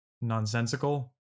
Nonsensical